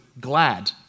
glad